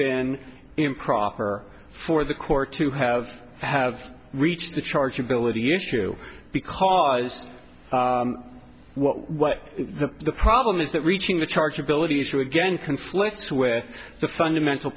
been improper for the court to have have reached the charge ability issue because what the problem is that reaching the charge ability issue again conflicts with the fundamental